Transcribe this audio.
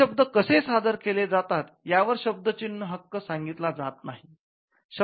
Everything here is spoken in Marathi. हे शब्द कसे सादर केले जातात यावर शब्द चिन्ह हक्क सांगितला जात नाही